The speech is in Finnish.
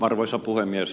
arvoisa puhemies